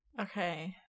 Okay